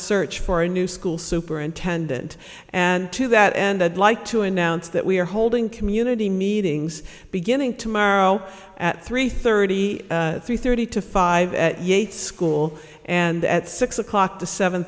search for a new school superintendent and to that end i'd like to announce that we are holding community meetings beginning tomorrow at three thirty three thirty to five at yates school and at six o'clock to seven